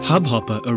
Hubhopper